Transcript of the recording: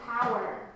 power